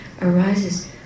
arises